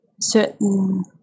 certain